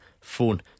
phone